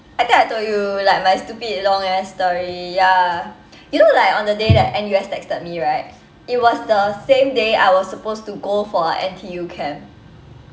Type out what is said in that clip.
I think I told you like my stupid long ass story ya you know like on the day that N_U_S texted me right it was the same day I was supposed to go for N_T_U camp